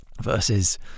versus